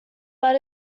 but